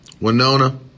Winona